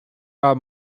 hour